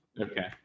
okay